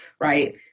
right